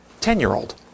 ten-year-old